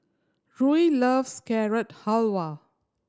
Ruie loves Carrot Halwa